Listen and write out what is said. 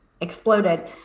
exploded